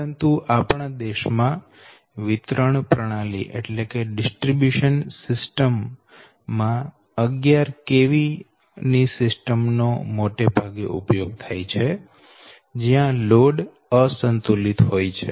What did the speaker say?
પરંતુ આપણા દેશમાં વિતરણ પ્રણાલી માં 11 kV સિસ્ટમ નો મોટે ભાગે ઉપયોગ થાય છે જયાં લોડ અસંતુલિત હોય છે